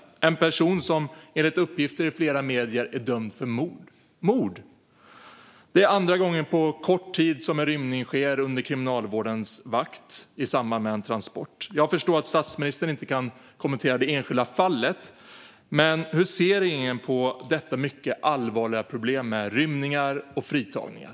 Det är en person som enligt uppgifter i flera medier är dömd för mord. Det är andra gången på kort tid som en rymning sker under kriminalvårdens vakt i samband med en transport. Jag förstår att statsministern inte kan kommentera det enskilda fallet, men hur ser regeringen på detta mycket allvarliga problem med rymningar och fritagningar?